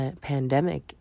pandemic